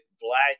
black